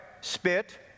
spit